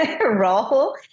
role